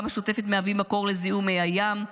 השוטפת מהווים מקור לזיהום מי הים,